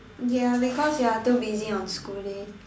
ya because you are too busy on school days